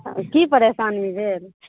की परेशानी भेल